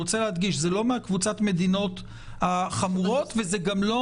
זה לא מקבוצת המדינות החמורות וזה גם לא